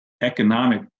economic